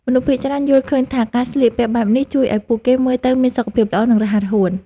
មនុស្សភាគច្រើនយល់ឃើញថាការស្លៀកពាក់បែបនេះ ជួយឱ្យពួកគេមើលទៅមានសុខភាពល្អ និងរហ័សរហួន។